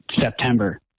September